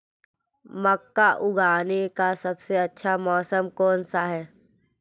मक्का उगाने का सबसे अच्छा मौसम कौनसा है?